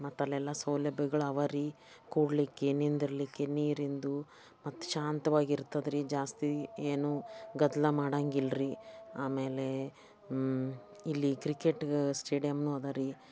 ಮತ್ತು ಅಲ್ಲೆಲ್ಲ ಸೌಲಭ್ಯಗಳು ಅವ ರೀ ಕೂರಲಿಕ್ಕೆ ನಿಂದಿರಲಿಕ್ಕೆ ನೀರಿಂದು ಮತ್ತು ಶಾಂತವಾಗಿ ಇರ್ತದ್ರೀ ಜಾಸ್ತಿ ಏನು ಗದ್ದಲ ಮಾಡೋಂಗಿಲ್ರೀ ಆಮೇಲೆ ಇಲ್ಲಿ ಕ್ರಿಕೆಟ್ಗೆ ಸ್ಟೇಡಿಯಮ್ನೂ ಅದ ರೀ